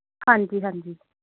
ਹਾਂਜੀ ਹਾਂਜੀ